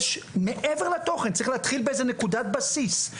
מעבר לתוכן צריך להתחיל באיזה נקודת בסיס.